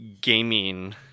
gaming